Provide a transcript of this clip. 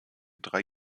drei